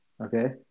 Okay